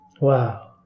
Wow